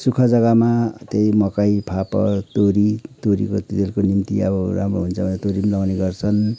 सुक्खा जगामा त्यहीँ मकै फापर तोरी तोरीको तेलको निम्ति अब राम्रो हुन्छ भनेर तोरी पनि लाउने गर्छन्